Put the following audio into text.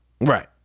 right